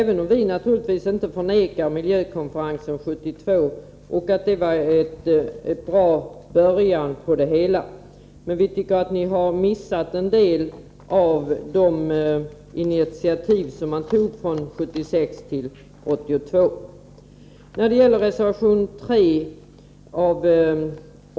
Vi förnekar naturligtvis inte att miljökonferensen 1972 var en bra början på det hela, men vi tycker att ni har missat en del av de initiativ som togs mellan 1976 och 1982.